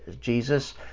Jesus